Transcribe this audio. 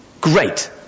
Great